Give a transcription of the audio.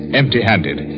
empty-handed